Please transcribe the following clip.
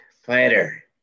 fighter